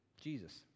Jesus